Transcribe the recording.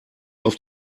auf